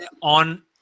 on